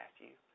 Matthew